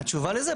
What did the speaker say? התשובה לזה,